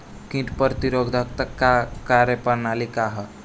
कीट प्रतिरोधकता क कार्य प्रणाली का ह?